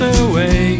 away